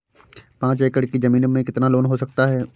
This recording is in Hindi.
पाँच एकड़ की ज़मीन में कितना लोन हो सकता है?